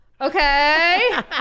okay